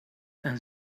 and